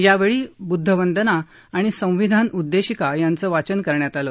योवळी बुद्ध वंदना आणि संविधान उद्देशिका यांचं वाचन करण्यात आलं